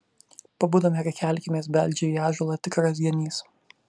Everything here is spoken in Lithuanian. pabudome ir kelkimės beldžia į ąžuolą tikras genys